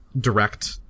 direct